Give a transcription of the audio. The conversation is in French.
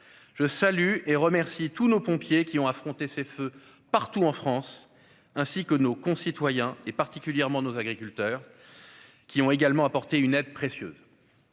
Je salue et remercie tous nos pompiers qui ont affronté ces feux, partout en France, ainsi que nos concitoyens, particulièrement nos agriculteurs, qui ont également apporté une aide précieuse.